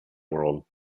world